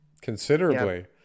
considerably